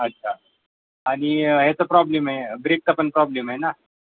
अच्छा आणि ह्याचा प्रॉब्लेम आहे ब्रेकचा पण प्रॉब्लेम आहे ना